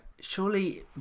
surely